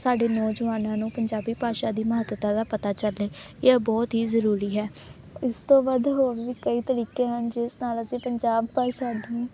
ਸਾਡੇ ਨੌਜਵਾਨਾਂ ਨੂੰ ਪੰਜਾਬੀ ਭਾਸ਼ਾ ਦੀ ਮਹੱਤਤਾ ਦਾ ਪਤਾ ਚੱਲੇ ਇਹ ਬਹੁਤ ਹੀ ਜ਼ਰੂਰੀ ਹੈ ਉਸ ਤੋਂ ਬਾਅਦ ਹੋਰ ਵੀ ਕਈ ਤਰੀਕੇ ਹਨ ਜਿਸ ਨਾਲ ਅਸੀਂ ਪੰਜਾਬ ਭਾਸ਼ਾ ਨੂੰ